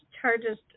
charges